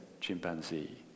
chimpanzee